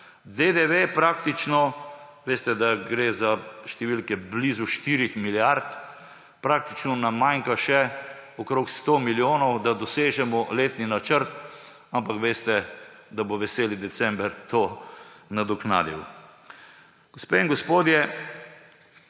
DDV praktično ‒ veste, da gre za številke blizu štirih milijard −, praktično nam manjka še okrog 100 milijonov, da dosežemo letni načrt, ampak veste, da bo veseli december to nadoknadil. Gospe in gospodje,